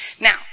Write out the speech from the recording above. Now